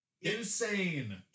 insane